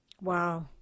Wow